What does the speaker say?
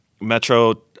Metro